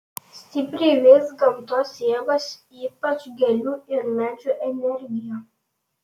stipriai veiks gamtos jėgos ypač gėlių ir medžių energija